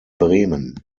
bremen